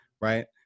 right